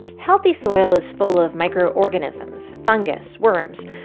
healthy soil is full of microorganisms, fungus, worms.